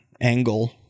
angle